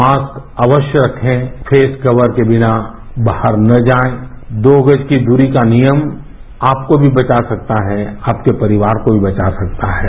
mask अवश्य रखेँ face cover के बिना बाहर न जाएं दो गज की दूरी का नियम आपको को भी बचा सकता है आपके परिवार को भी बचा सकताहै